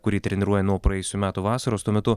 kurį treniruoja nuo praėjusių metų vasaros tuo metu